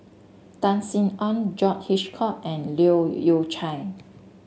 Tan Sin Aun John Hitchcock and Leu Yew Chye